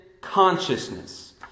consciousness